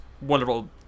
wonderful